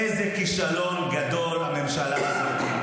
איזה כישלון גדול הממשלה הזאת.